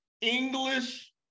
English